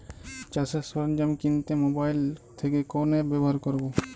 চাষের সরঞ্জাম কিনতে মোবাইল থেকে কোন অ্যাপ ব্যাবহার করব?